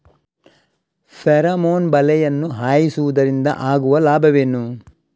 Pheromone ಬಲೆಯನ್ನು ಹಾಯಿಸುವುದರಿಂದ ಆಗುವ ಲಾಭವೇನು?